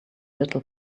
little